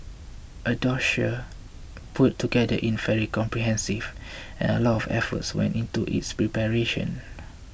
the dossier put together in fairly comprehensive and a lot of effort went into its preparation